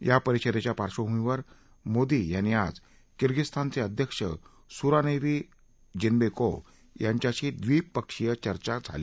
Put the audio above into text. या परिषदेच्या पार्डभूमीवर मोदी यांची आज किर्गिझस्तानचे अध्यक्ष सुरानेव्ही जिन्बेकोव्ह यांच्याशी द्वीपक्षीय चर्चा झाली